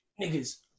niggas